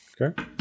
Okay